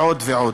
ועוד ועוד.